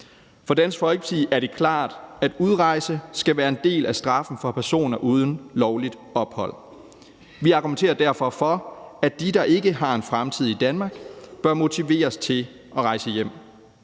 For Dansk Folkeparti er det klart, at udrejse skal være en del af straffen for personer uden lovligt ophold. Vi argumenterer derfor for, at de, der ikke har en fremtid i Danmark, bør motiveres til at rejse hjem.